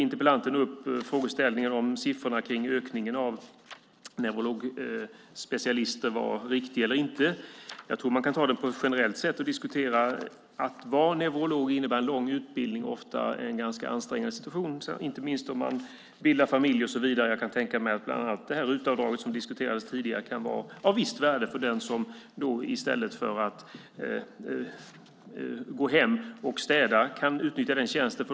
Interpellanten tog upp frågeställningen huruvida ökningen av antalet neurologspecialister var riktig eller inte. Jag tror att man kan diskutera det på ett generellt sätt. Att vara neurolog innebär en lång utbildning och ofta en ganska ansträngande situation, inte minst om man bildar familj och så vidare. Jag kan tänka mig att bland annat RUT-avdraget som diskuterades tidigare kan vara av visst värde för den som i stället för att gå hem och städa kan utnyttja denna tjänst.